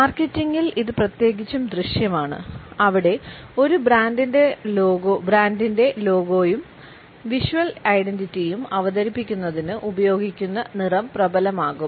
മാർക്കറ്റിംഗിൽ ഇത് പ്രത്യേകിച്ചും ദൃശ്യമാണ് അവിടെ ഒരു ബ്രാൻഡിന്റെ ലോഗോയും വിഷ്വൽ ഐഡന്റിറ്റിയും അവതരിപ്പിക്കുന്നതിന് ഉപയോഗിക്കുന്ന നിറം പ്രബലമാകും